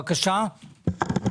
בבקשה.